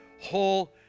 whole